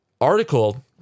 article